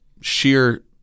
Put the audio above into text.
sheer